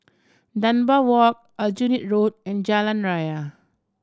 Dunbar Walk Aljunied Road and Jalan Raya